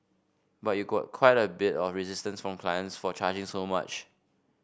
but you got quite a bit of resistance from clients for charging so much